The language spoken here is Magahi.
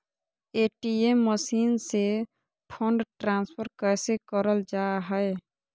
ए.टी.एम मसीन से फंड ट्रांसफर कैसे करल जा है?